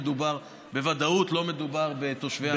בוודאות לא מדובר בתושבי המקום.